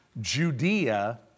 Judea